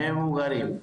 מבוגרים,